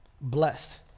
Blessed